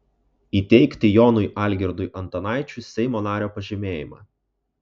įteikti jonui algirdui antanaičiui seimo nario pažymėjimą